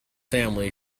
family